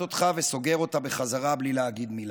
אותך וסוגר אותה בחזרה בלי להגיד מילה,